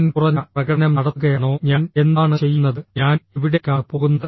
ഞാൻ കുറഞ്ഞ പ്രകടനം നടത്തുകയാണോ ഞാൻ എന്താണ് ചെയ്യുന്നത് ഞാൻ എവിടേക്കാണ് പോകുന്നത്